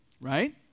Right